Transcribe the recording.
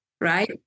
right